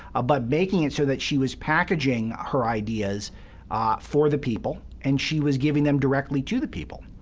ah but making it so that she was packaging her ideas ah for the people, and she was giving them directly to the people.